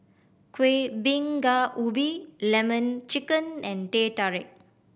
Kueh Bingka Ubi Lemon Chicken and Teh Tarik